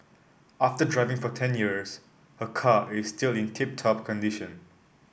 after driving for ten years her car is still in tip top condition